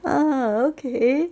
ah okay